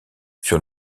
sur